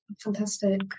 Fantastic